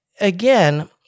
again